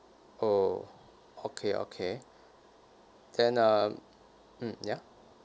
oh okay okay then um mm ya